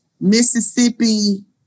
Mississippi